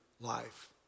life